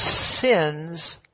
sins